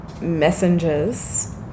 messengers